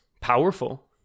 powerful